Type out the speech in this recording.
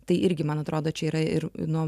tai irgi man atrodo čia yra ir nuo